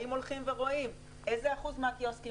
האם הולכים ורואים איזה אחוז מהקיוסקים